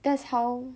that's how